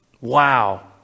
Wow